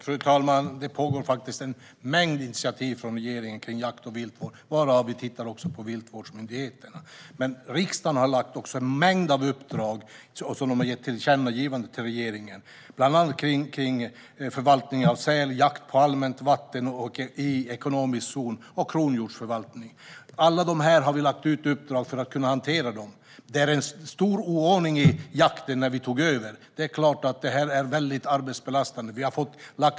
Fru talman! Regeringen har tagit en mängd initiativ som rör jakt och viltvård, däribland att titta på en viltvårdsmyndighet. Riksdagen har också i tillkännagivanden till regeringen lagt fram en mängd uppdrag, bland annat vad gäller förvaltningen av säljakt på allmänt vatten och i ekonomisk zon samt vad gäller kronhjortsförvaltningen. På alla dessa områden har vi lagt ut uppdrag för att kunna hantera dem. Det rådde stor oordning i jaktfrågorna när vi tog över, och det är klart att detta innebär en stor arbetsbelastning.